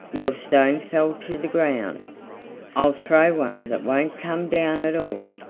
your stone fell to the ground i'll throw one that won't come down at all.